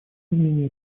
сомнения